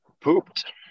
pooped